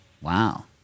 Wow